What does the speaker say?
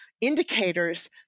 indicators